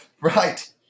Right